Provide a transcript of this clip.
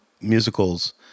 musicals